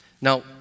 Now